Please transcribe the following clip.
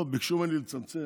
טוב, ביקשו ממני לצמצם,